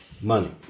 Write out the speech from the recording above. Money